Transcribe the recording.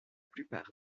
plupart